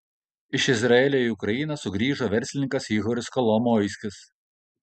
iš izraelio į ukrainą sugrįžo verslininkas ihoris kolomoiskis